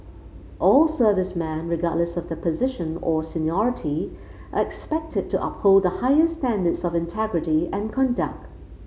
all servicemen regardless of the position or seniority are expected to uphold the highest standards of integrity and conduct